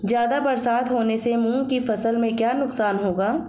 ज़्यादा बरसात होने से मूंग की फसल में क्या नुकसान होगा?